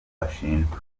ashinjwa